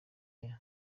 aya